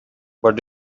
but